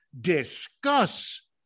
discuss